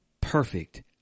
perfect